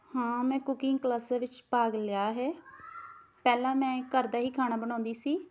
ਹਾਂ ਮੈਂ ਕੁਕਿੰਗ ਕਲਾਸਾਂ ਵਿੱਚ ਭਾਗ ਲਿਆ ਹੈ ਪਹਿਲਾਂ ਮੈਂ ਘਰ ਦਾ ਹੀ ਖਾਣਾ ਬਣਾਉਂਦੀ ਸੀ